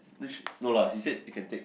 no lah he said you can take